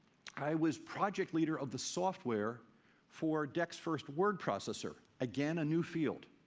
i was project leader of the software for dec's first word processor, again a new field.